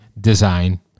design